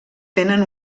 tenen